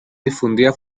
difundida